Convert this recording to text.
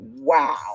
wow